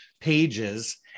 pages